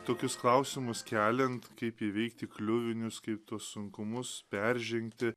tokius klausimus keliant kaip įveikti kliuvinius kitus sunkumus peržengti